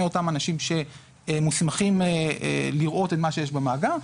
מאותם אנשים שמוסמכים לראות את מה שיש במאגר,